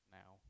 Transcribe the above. now